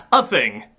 a thing.